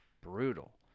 brutal